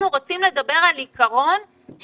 שנקבע דיון משותף יחד עם ועדת החינוך כדי לדון בכל הנושא של